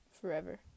Forever